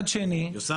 היא עושה-